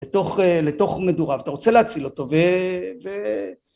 לתוך אה... לתוך מדורה. ואתה רוצה להציל אותו ו... ו...